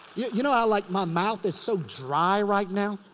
yeah you know how like my mouth is so dry right now?